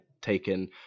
taken